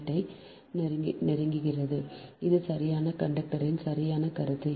7788 ஐ நெருங்குகிறது இது சரியான கண்டக்டரின் சரியான கருத்து